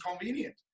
convenient